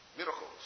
Miracles